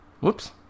Whoops